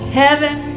heaven